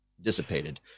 dissipated